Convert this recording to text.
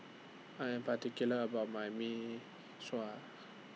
I Am particular about My Mee Sua